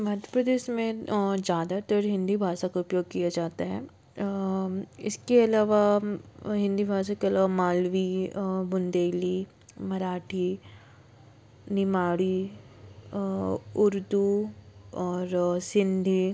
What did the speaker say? मध्य प्रदेश में ज़्यादातर हिन्दी भाषा का उपयोग किया जाता है इसके अलावा हिन्दी भाषा के अलावा मालवी बुंदेली मराठी निमाणी उर्दू और सिन्धी